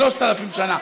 שלושת אלפים שנה.